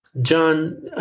John